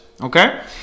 Okay